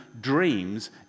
dreams